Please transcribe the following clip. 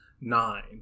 nine